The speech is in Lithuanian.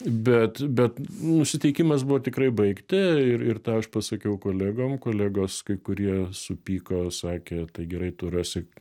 bet bet nusiteikimas buvo tikrai baigti ir ir tą aš pasakiau kolegom kolegos kai kurie supyko sakė tai gerai tu rasi